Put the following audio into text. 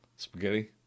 Spaghetti